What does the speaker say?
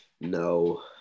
No